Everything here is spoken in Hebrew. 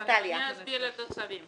אני אסביר את הצווים.